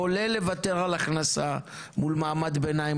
כולל לוותר על הכנסה מול מעמד ביניים